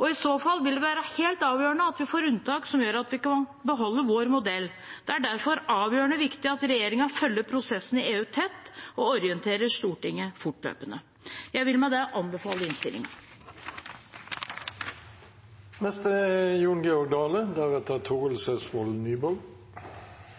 I så fall vil det være helt avgjørende at vi får unntak som gjør at vi kan beholde vår modell. Det er derfor avgjørende viktig at regjeringen følger prosessen i EU tett og orienterer Stortinget fortløpende. Jeg vil med det anbefale